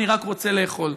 אני רק רוצה לאכול.